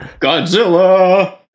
Godzilla